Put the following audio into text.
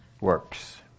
works